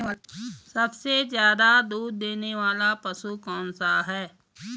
सबसे ज़्यादा दूध देने वाला पशु कौन सा है?